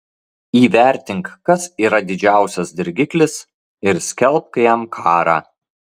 įvertink kas yra didžiausias dirgiklis ir skelbk jam karą